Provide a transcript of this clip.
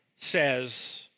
says